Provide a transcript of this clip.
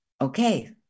okay